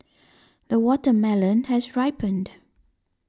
the watermelon has ripened